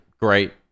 Great